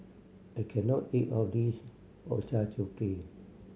I can not eat all of this Ochazuke